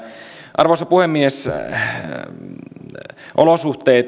arvoisa puhemies olosuhteet